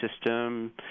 system